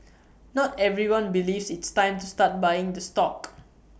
not everyone believes it's time to start buying the stock